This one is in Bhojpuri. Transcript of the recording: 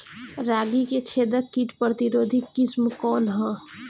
रागी क छेदक किट प्रतिरोधी किस्म कौन ह?